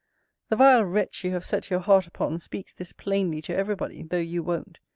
the vile wretch you have set your heart upon speaks this plainly to every body, though you won't.